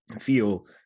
feel